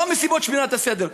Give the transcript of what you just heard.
לא מסיבות שמירת הסדר,